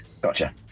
Gotcha